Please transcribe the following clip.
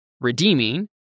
Redeeming